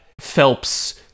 Phelps